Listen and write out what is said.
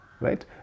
right